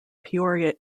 peoria